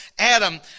Adam